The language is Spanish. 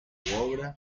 obra